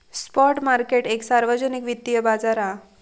spot market एक सार्वजनिक वित्तिय बाजार हा